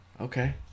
Okay